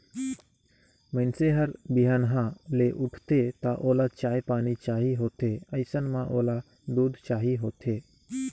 मइनसे हर बिहनहा ले उठथे त ओला चाय पानी चाही होथे अइसन म ओला दूद चाही होथे